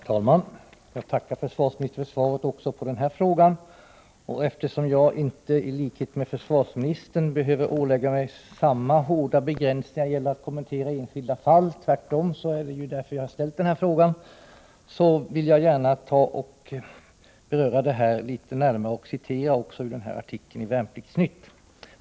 Herr talman! Jag tackar försvarsministern även för svaret på den här frågan. Jag behöver inte i likhet med försvarsministern ålägga mig hårda begränsningar när det gäller att kommentera enskilda fall — tvärtom. Det är därför jag har ställt den här frågan. Jag vill gärna beröra bestämmelserna för tillträde till militära förband litet närmare och citera en del ur artikeln i tidningen Värnplikts-Nytt.